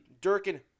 Durkin